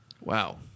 Wow